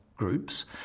groups